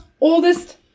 oldest